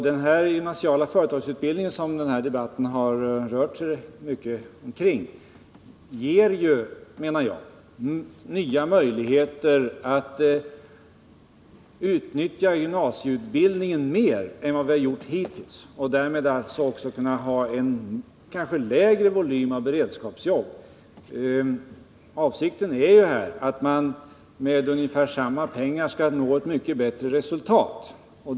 Den gymnasiala företagsutbildningen, som den här debatten har rört sig mycket omkring, ger, menar jag, nya möjligheter att utnyttja gymnasieutbildningen mer än vad vi har gjort hittills. Därmed bör vi också kunna ha en lägre volym av beredskapsjobb. Avsikten är att med ungefär samma penningsumma nå ett mycket bättre resultat.